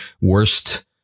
worst